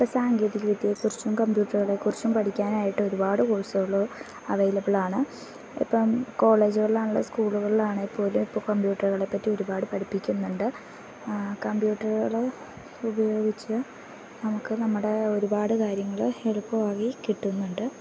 ഇപ്പം സാങ്കേതിക വിദ്യയെ കുറിച്ചും കമ്പ്യൂട്ടറുകളെ കുറിച്ചും പഠിക്കാനായിട്ട് ഒരുപാട് കോഴ്സുകൾ അവൈലബിൾ ആണ് ഇപ്പം കോളേജുകളിൽ ആണെങ്കിലും സ്കൂളുകളിലാണെങ്കിൽ പോലും ഇപ്പം കമ്പ്യൂട്ടറുകളെ പറ്റി ഒരുപാട് പഠിപ്പിക്കുന്നുണ്ട് കമ്പ്യൂട്ടറുകൾ ഉപയോഗിച്ചു നമുക്ക് നമ്മുടെ ഒരുപാട് കാര്യങ്ങൾ എളുപ്പമാക്കി കിട്ടുന്നുണ്ട്